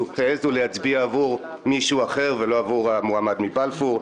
להצביע עבור מישהו אחר ולא עבור המועמד מבלפור.